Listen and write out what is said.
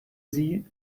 sie